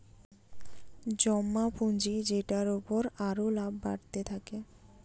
জমা পুঁজি যেটার উপর আরো লাভ বাড়তে থাকে